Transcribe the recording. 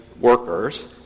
workers